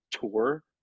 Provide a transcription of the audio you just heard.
tour